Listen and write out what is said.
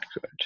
good